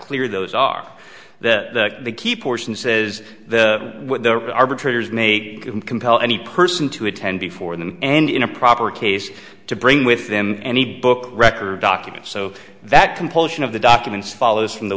clear those are that the key portion says the arbitrator's make compel any person to attend before the end in a proper case to bring with them any book record documents so that compulsion of the documents follows from the